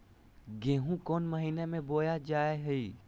गेहूँ कौन महीना में बोया जा हाय?